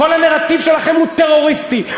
כל הנרטיב שלכם הוא טרוריסטי,